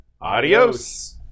adios